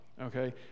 okay